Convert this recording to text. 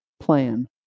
plan